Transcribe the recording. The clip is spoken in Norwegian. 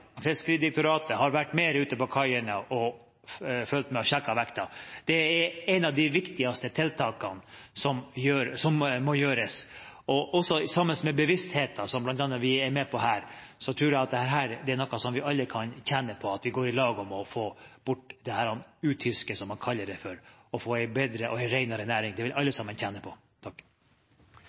Fiskeridirektoratet har vært mer ute på kaiene og fulgt med og sjekket vekten. Det er et av de viktigste tiltakene som må gjøres, og også sammen med bevisstgjøringen som bl.a. vi er med på her, tror jeg dette er noe som vi alle kan tjene på at vi går sammen om å få bort – dette utysket, som man kaller det – for å få en bedre og renere næring. Det vil alle sammen tjene på.